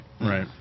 Right